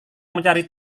mencari